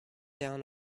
down